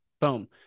Boom